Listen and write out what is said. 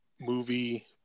movie